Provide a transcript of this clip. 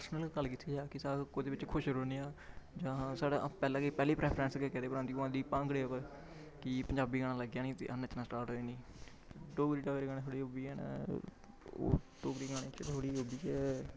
personal गल्ल कीती जाऽ कि अस कोह्दे बिच्च खुश रौह्न्ने आं जां साढ़ा पैह्ला गै पैह्ली प्रैफरैंस गै कैह्दे पर औंदी ओह् औंदी भांगड़े पर कि पंजाबी गाना लग्गेआ नी ते अस नच्चना स्टार्ट होए निं डोगरी डागरी गाने साढ़े ओह् बी हैन